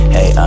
Hey